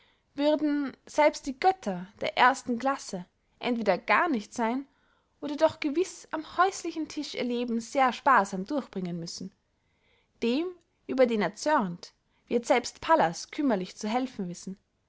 würden selbst die götter der ersten classe entweder gar nicht seyn oder doch gewiß am häuslichen tisch ihr leben sehr sparsam durchbringen müssen dem über den er zörnt wird selbst pallas kümmerlich zu helfen wissen